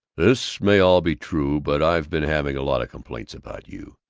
this may all be true, but i've been having a lot of complaints about you.